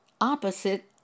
opposite